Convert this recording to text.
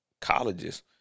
colleges